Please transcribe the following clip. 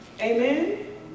Amen